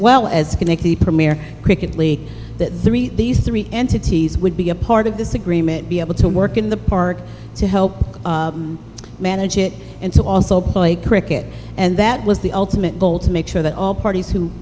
premier cricket league that three these three entities would be a part of this agreement be able to work in the park to help manage it and to also play cricket and that was the ultimate goal to make sure that all parties who